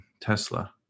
tesla